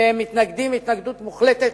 שהם מתנגדים התנגדות מוחלטת,